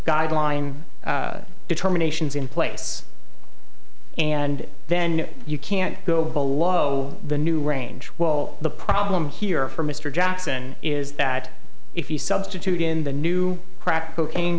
guideline determinations in place and then you can't go below the new range well the problem here for mr jackson is that if you substitute in the new crack cocaine